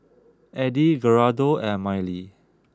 Eddy Gerardo and Mylee